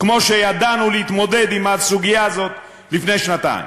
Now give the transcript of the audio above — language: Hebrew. כמו שידענו להתמודד עם הסוגיה הזו לפני שנתיים.